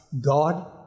God